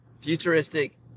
futuristic